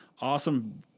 Awesome